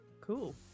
cool